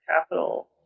capital